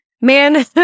Man